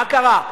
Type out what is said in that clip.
מה קרה?